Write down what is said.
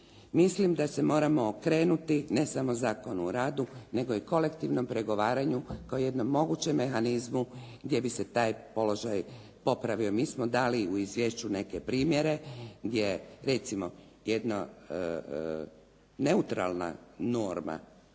Mislim da se moramo okrenuti ne samo Zakonu o radu nego i kolektivnom pregovaranju kao jednom mogućem mehanizmu gdje bi se taj položaj popravio. Mi smo dali u izvješću neke primjere gdje recimo jedna neutralna norma